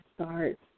start